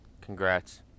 Congrats